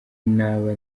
naba